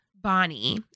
Bonnie